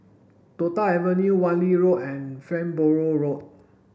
Toh Tuck Avenue Wan Lee Road and Farnborough Road